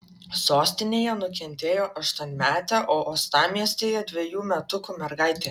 sostinėje nukentėjo aštuonmetė o uostamiestyje dvejų metukų mergaitė